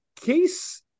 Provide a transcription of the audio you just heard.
case